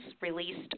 released